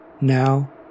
now